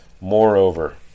Moreover